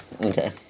Okay